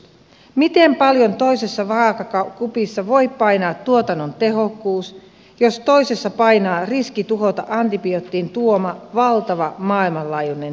miten paljon toisessa vaakakupissa voi painaa tuotannon tehokkuus jos toisessa painaa riski tuhota antibioottien tuoma valtava maailmanlaajuinen terveyshyöty